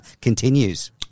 continues